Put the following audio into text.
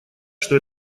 что